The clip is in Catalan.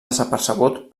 desapercebut